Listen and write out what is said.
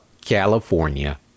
California